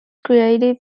creative